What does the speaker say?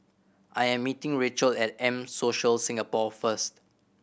I am meeting Rachel at M Social Singapore first